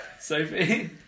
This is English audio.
Sophie